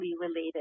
related